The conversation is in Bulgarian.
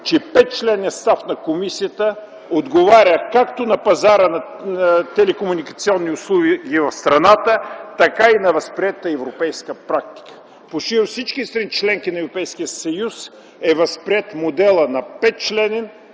че 5-членният състав на комисията отговаря както на пазара на телекомуникационни услуги в страната, така и на възприетата европейска практика. Почти във всички страни – членки на Европейския съюз, е възприет моделът на 5-членен